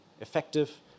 effective